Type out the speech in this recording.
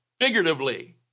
figuratively